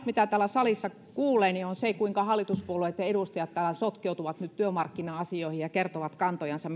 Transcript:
mitä täällä salissa kuulee on se kuinka hallituspuolueitten edustajat täällä sotkeutuvat nyt työmarkkina asioihin ja kertovat kantojansa